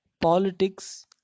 politics